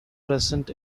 present